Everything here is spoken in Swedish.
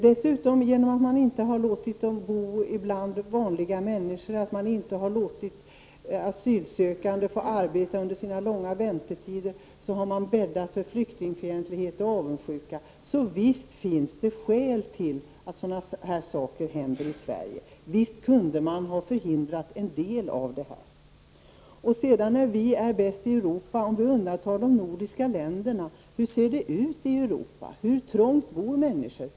Genom att man dessutom inte har låtit asylsökande bo bland vanliga människor och inte tillåtit dem att arbeta under sina långa väntetider, har man bäddat för flyktingfientlighet och avundsjuka. Så visst finns det skäl till att sådana här saker händer i Sverige. Visst kunde man ha förhindrat en del av detta. Vi är bäst i Europa, om vi undantar de nordiska länderna. Hur ser det ut i Europa? Hur trångt bor människor?